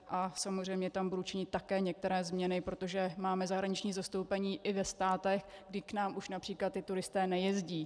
A samozřejmě tam budu činit také některé změny, protože máme zahraniční zastoupení i ve státech, kde k nám už například ti turisté nejezdí.